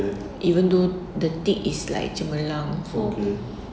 even though the thing is like cemerlang for